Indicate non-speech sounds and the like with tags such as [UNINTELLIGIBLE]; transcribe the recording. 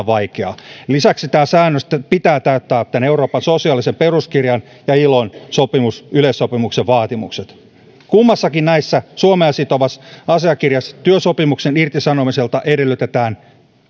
[UNINTELLIGIBLE] vaikeaa lisäksi säännösten pitää täyttää euroopan sosiaalisen peruskirjan ja ilon yleissopimuksen vaatimukset kummassakin näissä suomea sitovassa asiakirjassa työsopimuksen irtisanomiselta edellytetään